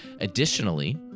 Additionally